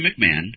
McMahon